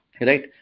right